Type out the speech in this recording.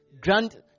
Grant